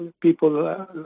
people